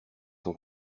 son